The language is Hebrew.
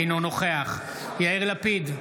אינו נוכח יאיר לפיד,